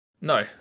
No